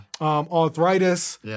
arthritis